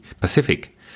Pacific